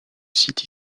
site